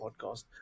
podcast